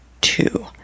two